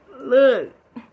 look